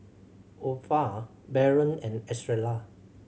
Opha Baron and Estrella